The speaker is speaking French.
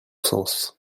sens